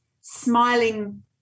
smiling